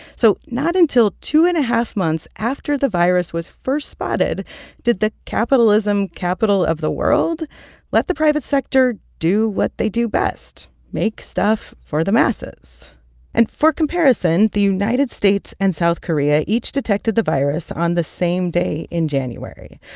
so not until two and a half months after the virus was first spotted did the capitalism capital capital of the world let the private sector do what they do best make stuff for the masses and for comparison, the united states and south korea each detected the virus on the same day in january,